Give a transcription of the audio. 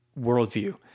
worldview